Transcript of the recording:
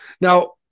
Now